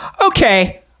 Okay